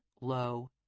low